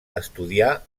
estudiar